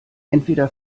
entweder